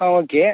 ஆ okay